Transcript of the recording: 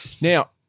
Now